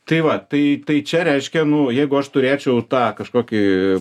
tai va tai tai čia reiškia nu jeigu aš turėčiau tą kažkokį